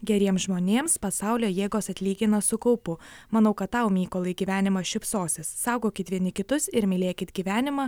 geriems žmonėms pasaulio jėgos atlygina su kaupu manau kad tau mykolai gyvenimas šypsosis saugokit vieni kitus ir mylėkit gyvenimą